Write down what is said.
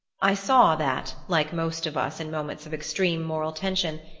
i saw that, like most of us in moments of extreme moral tension,